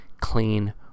clean